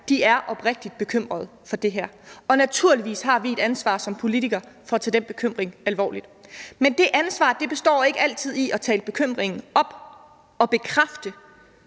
her, er oprigtigt bekymrede for det her. Naturligvis har vi et ansvar som politikere for at tage den bekymring alvorligt. Men det ansvar består ikke altid i at tale bekymringen op og bekræfte,